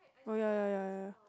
oh ya ya ya ya